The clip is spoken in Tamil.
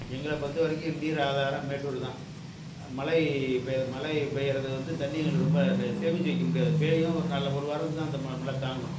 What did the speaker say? எங்களை பொருத்த வரைக்கும் நீர் ஆதாரம் மேட்டூரு தான் மழை பெய்கிற மழை பெய்கிறது வந்து தண்ணி எங்களுக்கு ரொம்ப சேமித்து வைக்க முடியாது பெய்யும் ஒரு நாளில் ஒரு வாரம் தான் அந்த ம மழை தாங்கும்